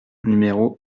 numéro